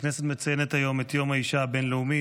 הכנסת מציינת היום את יום האישה הבין-לאומי.